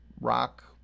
rock